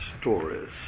stories